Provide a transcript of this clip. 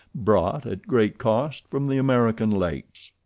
brought at great cost from the american lakes.